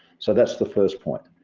so that's the first point.